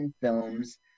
films